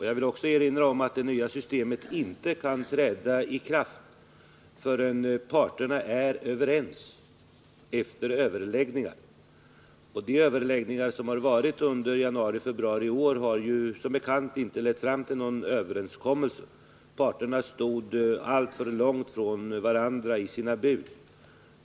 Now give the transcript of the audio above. Jag vill också erinra om att det nya systemet inte kan träda i kraft förrän parterna är överens efter överläggningar, och de överläggningar som varit under januari och februari i år har som bekant inte lett fram till någon överenskommelse. Parterna stod alltför långt ifrån varandra i sina bud.